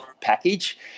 package